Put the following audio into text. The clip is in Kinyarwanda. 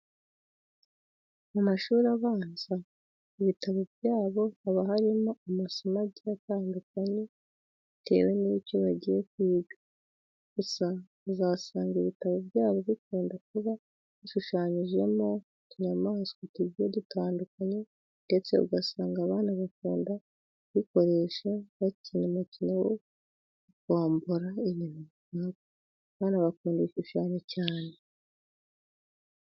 Mu mashuri abanza, ibitabo byabo haba harimo amasomo agiye atandukanye bietewe n'icyo bagiye kwiga. Gusa uzasanga ibitabo byabo bikunda kuba bishushanyijemo utunyamaswa tugiye dutandukanye ndetse ugasanga abana bakunda kubikoresha bakina umukino wo gufombora ibintu runaka. Abana bakunda ibishushanyo cyane.